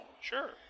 sure